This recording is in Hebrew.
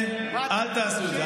אל תעשו את זה, אל תעשו את זה.